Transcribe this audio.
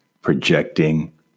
Projecting